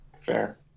Fair